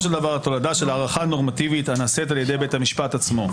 של דבר תולדה של הערכה נורמטיבית הנעשית על ידי בית המשפט עצמו.